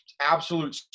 absolute